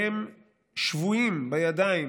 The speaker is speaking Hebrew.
אליה, שהם שבויים בידיים